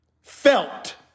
felt